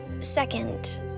Second